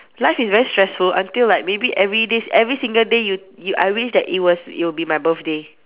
life is very stressful until like maybe everyday every single day you you I wish that it was it will be my birthday